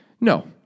No